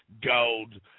gold